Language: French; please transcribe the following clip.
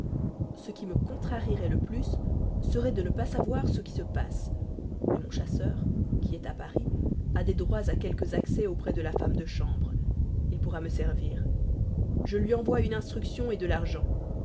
ce qui me contrarierait le plus serait de ne pas savoir ce qui se passe mais mon chasseur qui est à paris a des droits à quelque accès auprès de la femme de chambre il pourra me servir je lui envoie une instruction de l'argent